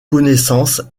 connaissance